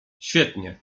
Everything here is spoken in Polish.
świetnie